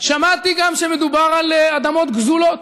שמעתי גם שמדובר על אדמות גזולות.